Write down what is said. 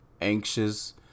anxious